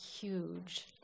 huge